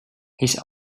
his